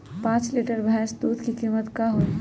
पाँच लीटर भेस दूध के कीमत का होई?